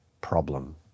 problem